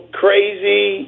crazy